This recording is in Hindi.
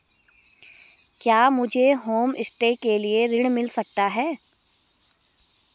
क्या मुझे होमस्टे के लिए ऋण मिल सकता है?